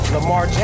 Lamar